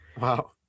Wow